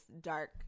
dark